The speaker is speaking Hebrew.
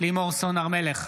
לימור סון הר מלך,